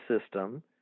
system